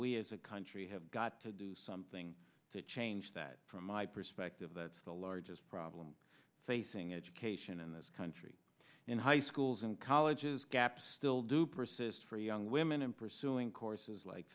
we as a country have got to do something to change that from my perspective that's the largest problem facing education in this country in high schools and colleges gap still do persist for young women in pursuing courses like